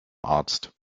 arzt